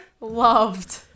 loved